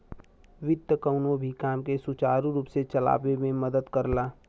वित्त कउनो भी काम के सुचारू रूप से चलावे में मदद करला